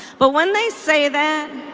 but when they say that,